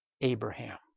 Abraham